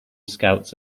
scouts